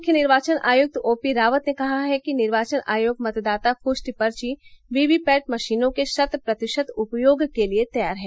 मुख्य निर्वाचन आयक्त ओपी रावत ने कहा है कि निर्वाचन आयोग मतदाता पृष्टि पर्ची वीवीपैट मशीनों के शत प्रतिशत उपयोग के लिए तैयार है